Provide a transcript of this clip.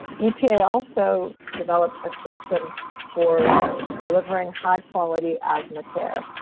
epa also developed a system for delivering high-quality asthma care,